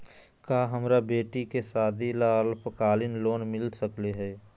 का हमरा बेटी के सादी ला अल्पकालिक लोन मिलता सकली हई?